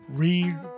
read